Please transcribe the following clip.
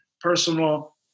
personal